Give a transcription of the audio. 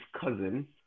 cousin